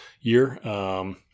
year